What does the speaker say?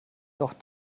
doch